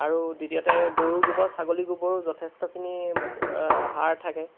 আৰু দ্বিতীয়তে গৰু গোবৰ ছাগলী গোবৰো যথেষ্টখিনি সাৰ থাকে